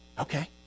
Okay